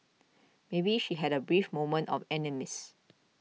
maybe she had a brief moment of amnesia